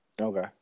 Okay